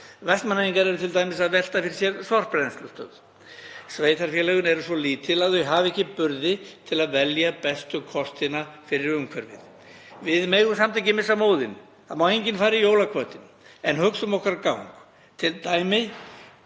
Vestmannaeyingar eru t.d. að velta fyrir sér sorpbrennslustöð. Sveitarfélögin eru svo lítil að þau hafa ekki burði til að velja bestu kostina fyrir umhverfið. Við megum samt ekki missa móðinn. Það má enginn fara í jólaköttinn. En hugsum okkar gang. Til dæmis